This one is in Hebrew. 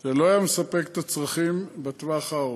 זה לא היה מספק את הצרכים בטווח הארוך.